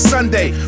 Sunday